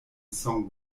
song